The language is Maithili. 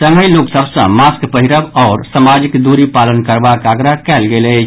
संगहि लोक सभ सँ मास्क पहिरब आओर सामाजिक दूरी पालन करबाक आग्रह कयल गेल अछि